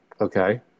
Okay